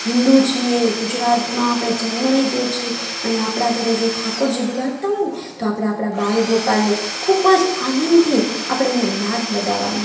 હિન્દુ છીએ ગુજરાતમાં આપણે જન્મ લીધો છે અને આપણા ઘરે જો ઠાકોરજી બિરાજતા હોયને તો આપણે આપણા બાલ ગોપાલને ખૂબ જ આનંદથી આપણે એને લાડ લડાવવાના